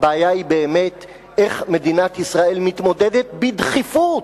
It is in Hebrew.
הבעיה היא באמת איך מדינת ישראל מתמודדת בדחיפות,